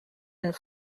and